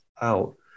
out